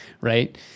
right